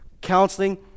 counseling